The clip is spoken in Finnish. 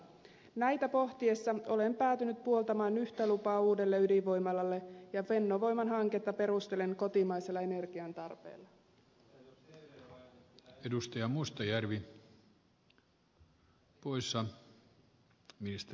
näitä pohtiessani olen päätynyt puoltamaan yhtä lupaa uudelle ydinvoimalalle ja fennovoiman hanketta perustelen kotimaisella energiantarpeella